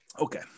okay